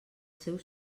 seus